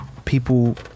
People